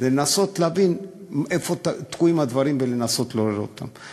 זה לנסות להבין איפה הדברים תקועים ולנסות לעורר אותם.